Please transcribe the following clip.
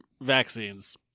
vaccines